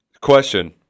Question